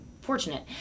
fortunate